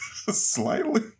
Slightly